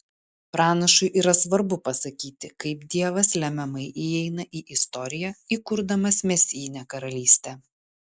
pranašui yra svarbu pasakyti kaip dievas lemiamai įeina į istoriją įkurdamas mesijinę karalystę